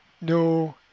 No